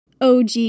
OG